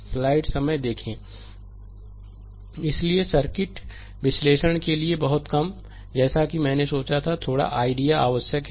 slide समय देखें 0111 इसलिए सर्किट विश्लेषण के लिए बहुत कम जैसा कि मैंने सोचा था कि थोड़ा आइडिया आवश्यक है